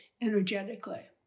energetically